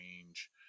change